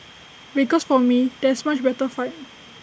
because for me this is A much better fight